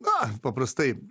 na paprastai